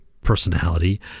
personality